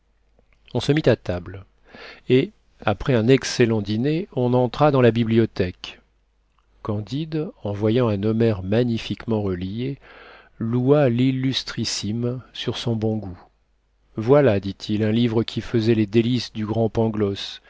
on se mit à table et après un excellent dîner on entra dans la bibliothèque candide en voyant un homère magnifiquement relié loua l'illustrissime sur son bon goût voilà dit-il un livre qui fesait les délices du grand